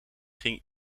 ging